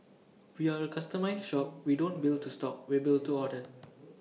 we are A customised shop we don't build to stock we build to order